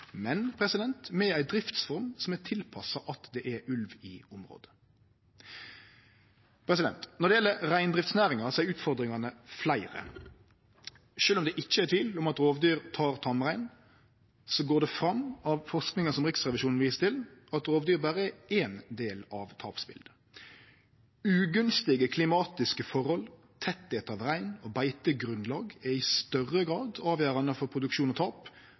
med ei driftsform som er tilpassa at det er ulv i området. Når det gjeld reindriftsnæringa, er utfordringane fleire. Sjølv om det ikkje er tvil om at rovdyr tek tamrein, går det fram av forskinga som Riksrevisjonen viser til, at rovdyr berre er éin del av tapsbiletet. Ugunstige klimatiske forhold, tettleik av rein og beitegrunnlag er i større grad avgjerande for produksjon og